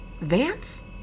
Vance